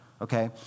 Okay